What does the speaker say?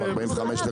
בין 40%-45%,